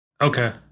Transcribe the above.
Okay